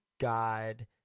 God